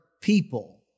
people